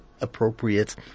appropriate